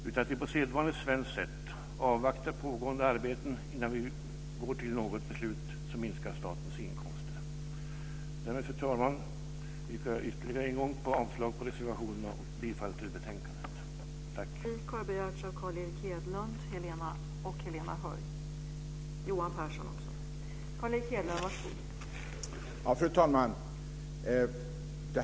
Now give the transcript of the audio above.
Vi bör på sedvanligt svenskt sätt avvakta pågående arbeten innan vi går till några beslut som minskar statens inkomster. Fru talman! Jag yrkar ytterligare en gång avslag på reservationerna och bifall till utskottets hemställan.